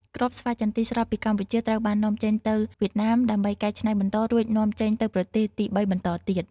គ្រាប់ស្វាយចន្ទីស្រស់ពីកម្ពុជាត្រូវបាននាំចេញទៅវៀតណាមដើម្បីកែច្នៃបន្ត រួចនាំចេញទៅប្រទេសទីបីបន្តទៀត។